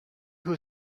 who